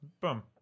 Boom